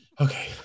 Okay